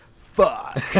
fuck